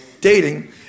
Dating